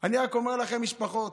אני רק אומר לכן, משפחות